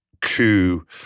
coup